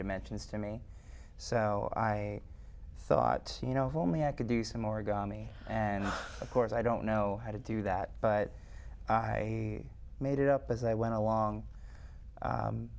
dimensions to me so i thought you know homey i could do some origami and of course i don't know how to do that but i made it up as i went along